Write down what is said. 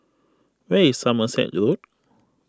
where is Somerset Road